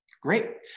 Great